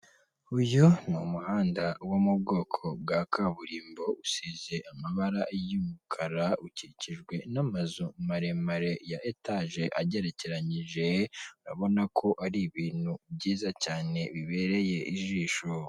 Uyu ni umuhanda wo mu bwoko bwa kaburimbo usize amabara y'umukara, ukikijwe n'amazu maremare ya etaje agerekeranyije, urabona ko ari ibintu byiza cyane bibereye ijisho.